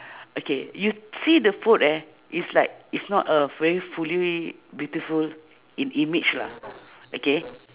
okay you see the food eh it's like it's not a very fully beautiful i~ image lah okay